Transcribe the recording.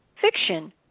Fiction